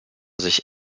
sich